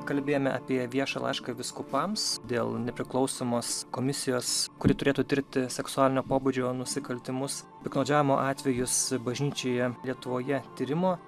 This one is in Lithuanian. kalbėjome apie viešą laišką vyskupams dėl nepriklausomos komisijos kuri turėtų tirti seksualinio pobūdžio nusikaltimus piktnaudžiavimo atvejus bažnyčioje lietuvoje tyrimo